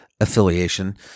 affiliation